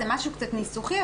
זה משהו קצת ניסוחי,